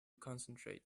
concentrate